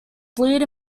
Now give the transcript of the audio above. bleed